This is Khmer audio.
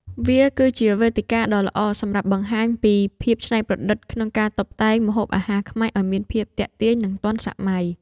វាគឺជាវេទិកាដ៏ល្អសម្រាប់បង្ហាញពីភាពច្នៃប្រឌិតក្នុងការតុបតែងម្ហូបអាហារខ្មែរឱ្យមានភាពទាក់ទាញ និងទាន់សម័យ។